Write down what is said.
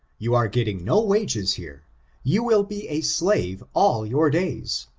you are getting no wages here you will be a slave all your days.